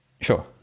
Sure